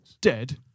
Dead